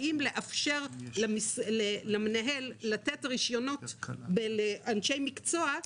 האם לאפשר למנהל לתת רישיונות לאנשי מקצוע,